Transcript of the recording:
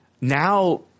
now